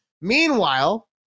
Meanwhile